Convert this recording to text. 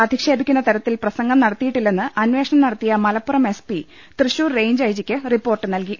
അധിക്ഷേപിക്കുന്ന തരത്തിൽ പ്രസംഗം നടത്തിയി ട്ടില്ലെന്ന് അന്വേഷണം നടത്തിയ Malappuram S P Thrissur range ഐജിക്ക് റിപ്പോർട്ട് നൽകി